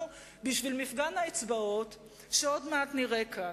בשביל מפגן האצבעות שעוד מעט נראה כאן.